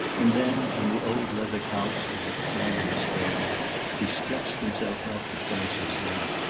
and then, on the old leather couch with its sagging springs he stretched himself out to finish his nap.